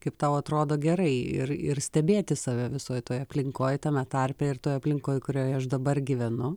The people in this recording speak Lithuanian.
kaip tau atrodo gerai ir ir stebėti save visoj toj aplinkoj tame tarpe ir toj aplinkoj kurioj aš dabar gyvenu